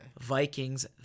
Vikings